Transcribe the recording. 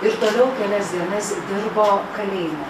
ir toliau kelias dienas ji dirbo kalėjime